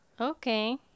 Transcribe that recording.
Okay